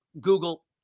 Google